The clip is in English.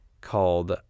called